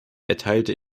erteilte